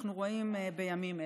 שאנחנו רואים בימים אלה.